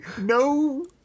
No